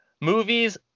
movies